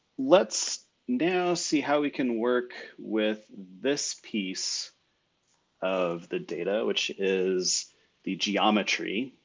let's now see how we can work with this piece of the data which is the geometry.